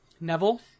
Neville